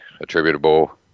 attributable